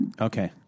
Okay